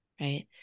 right